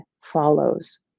follows